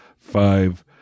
Five